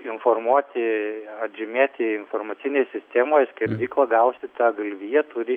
informuoti atžymėti informacinėje sistemoje skerdykla gauvusi tą galviją turi